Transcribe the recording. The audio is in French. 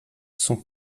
sont